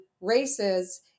races